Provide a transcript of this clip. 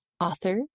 author